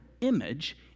image